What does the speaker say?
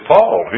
Paul